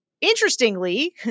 interestingly